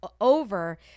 Over